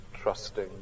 trusting